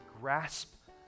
grasp